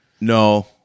No